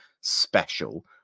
special